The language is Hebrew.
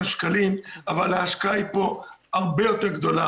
שקלים אבל ההשקעה פה היא הרבה יותר גדולה,